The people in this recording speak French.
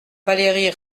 valérie